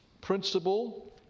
principle